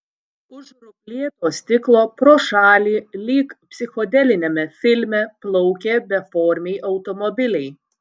už ruplėto stiklo pro šalį lyg psichodeliniame filme plaukė beformiai automobiliai